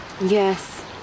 Yes